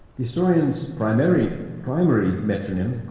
historian's primary primary metronym,